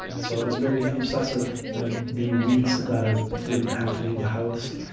so it was very obsessive. there'd be weeks that i wouldn't have to leave the house.